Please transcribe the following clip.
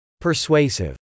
Persuasive